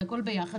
זה הכול יחד,